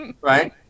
right